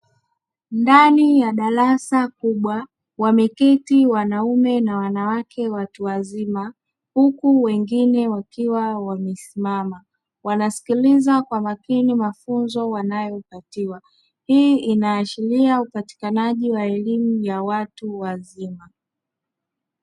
Ndani yaa darasa kubwa wameketi wanaume na wanawake watuwazima huku wengine wakiwa wamesimama wanasikiliza kwa makini, mafunzo wanayopatiwa hii inaashiria upatikanaji wa elimu ya watu wazima.